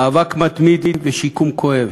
מאבק מתמיד ושיקום כואב,